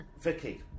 Vicky